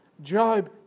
Job